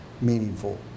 meaningful